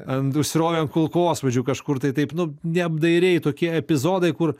ant užsirovė ant kulkosvaidžių kažkur tai taip nu neapdairiai tokie epizodai kur